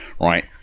right